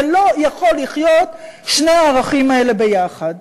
לא יכולים לחיות שני הערכים האלה ביחד.